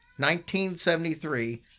1973